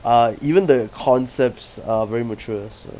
ah even the concepts are very mature as well